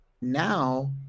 now